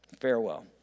Farewell